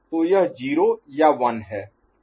तो यह 0 या 1 है